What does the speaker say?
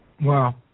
Wow